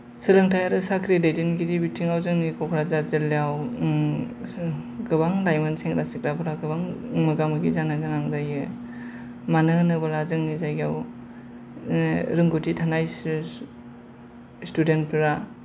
सोलोंथाइ आरो साख्रि दैदेनगिरि बिथिङाव जोंनि क'क्राझार जिल्लायाव गोबां दं जोंनि सेंग्रा सिख्लफोरा गोबां मोगा मोगि जानो गोनां जायो मानो होनोब्ला जोंनि जायगायाव ओ रोंगौथि थानाय सुबुं स्टुडेन्टफोरा